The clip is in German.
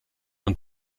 und